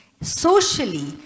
socially